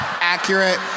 Accurate